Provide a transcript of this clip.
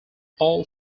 all